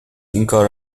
اینکار